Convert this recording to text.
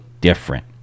different